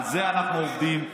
על זה אנחנו עובדים,